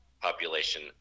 population